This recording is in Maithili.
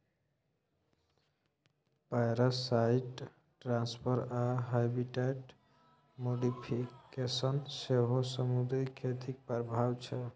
पैरासाइट ट्रांसफर आ हैबिटेट मोडीफिकेशन सेहो समुद्री खेतीक प्रभाब छै